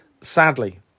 Sadly